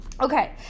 Okay